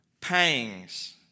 Pangs